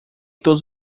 todos